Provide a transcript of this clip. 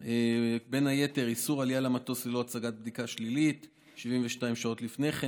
ובין היתר איסור עלייה למטוס ללא הצגת בדיקה שלילית 72 שעות לפני כן,